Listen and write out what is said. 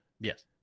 Yes